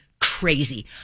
crazy